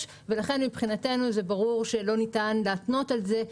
ולכן מבחינתנו זה ברור שלא ניתן להתנות על זה.